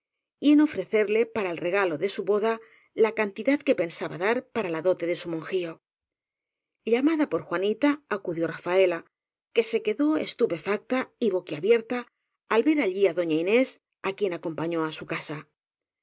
y en ofrecerle para el regalo de su boda la cantidad que pensaba dar para la dote de su monjío llamada por juanita acudió rafaela que se que dó estupefacta y boquiabierta al ver allí á doña inés á quien acompañó á su casa